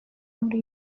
muri